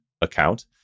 account